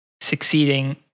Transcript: succeeding